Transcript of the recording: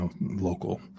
local